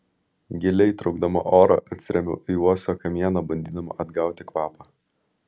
giliai traukdama orą atsirėmiau į uosio kamieną bandydama atgauti kvapą